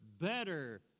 better